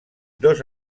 dos